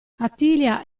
attilia